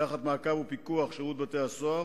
תחת מעקב ופיקוח של שירות בתי-הסוהר,